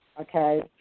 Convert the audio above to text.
okay